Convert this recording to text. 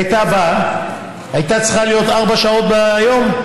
היא הייתה באה והייתה צריכה להיות ארבע שעות ביום.